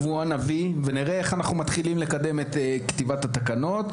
שבוע ונראה כיצד אנחנו מתחילים לקדם את כתיבת התקנות,